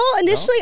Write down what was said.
initially